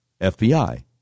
FBI